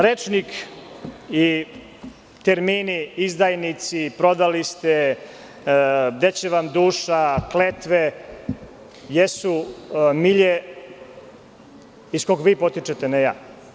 Rečnik i termini: izdajnici, prodali ste, gde će vam duša, kletve, jesu milje iz kog vi potičete, ne ja.